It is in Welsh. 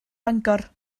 bangor